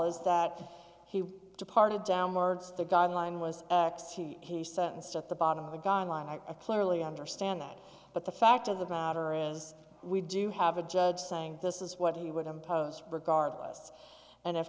is that he departed downwards the guideline was he sentenced at the bottom of the guideline i clearly understand that but the fact of the matter is we do have a judge saying this is what he would impose regardless and if